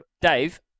Dave